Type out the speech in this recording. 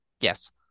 Yes